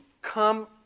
come